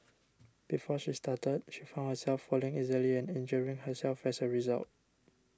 before she started she found herself falling easily and injuring herself as a result